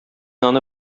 аны